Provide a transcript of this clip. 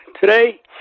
today